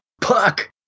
Puck